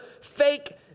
fake